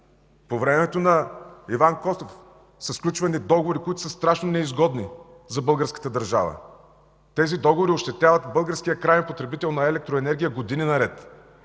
По времето на Иван Костов са сключвани договори, които са страшно неизгодни за българската държава. Тези договори ощетяват българския краен потребител на електроенергия години наред.